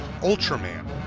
Ultraman